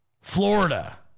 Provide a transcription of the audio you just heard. Florida